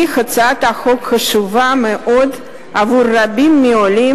היא הצעת חוק חשובה מאוד עבור רבים מהעולים